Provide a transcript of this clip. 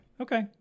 Okay